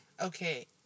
Okay